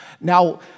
Now